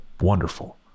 wonderful